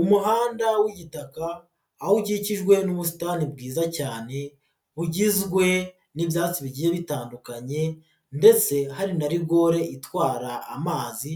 Umuhanda w'igitaka aho ukikijwe n'ubusitani bwiza cyane bugizwe n'ibyatsi bigiye bitandukanye ndetse hari na rigore itwara amazi